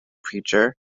preacher